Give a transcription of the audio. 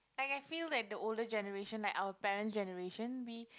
like I feel that the older generation like our parents' generation we